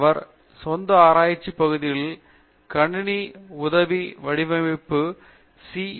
அவரது சொந்த ஆராய்ச்சி பகுதிகள் கணினி உதவி வடிவமைப்பு மற்றும் சி